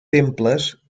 temples